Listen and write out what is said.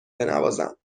بنوازم